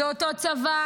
זה אותו צבא,